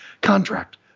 contract